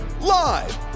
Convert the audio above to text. live